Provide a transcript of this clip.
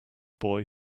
boy